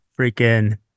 Freaking